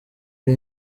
ari